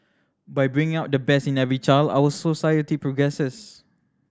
by bringing out the best in every child our society progresses